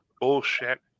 bullshit